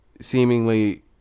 seemingly